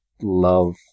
love